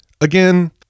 again